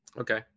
okay